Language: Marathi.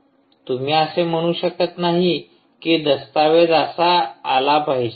तुम्ही असे म्हणू शकत नाही की दस्तावेज असा आला पाहिजे